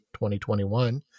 2021